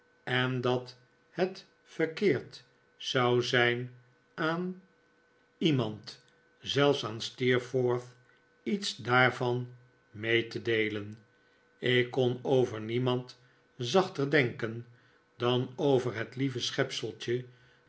en dat het verkeerd zou zijn aan iemand zelfs aan steerforth iets daarvan mee te deelen ik kon over niemand zachter denken dan over het lieve